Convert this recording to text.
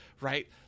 right